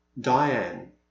Diane